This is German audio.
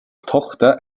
tochter